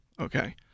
okay